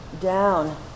down